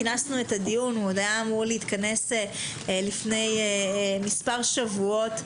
כינסנו את הדיון היה אמור להתכנס לפני מספר שבועות.